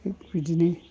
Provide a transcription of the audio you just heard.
थिख बिदिनो